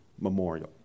memorial